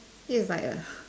this is like a